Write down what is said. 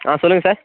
ஆ சொல்லுங்கள் சார்